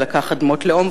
ולקח אדמות לאום.